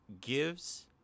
Gives